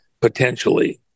potentially